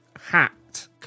hat